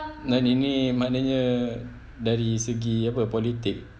dan ini maknanya dari segi apa politik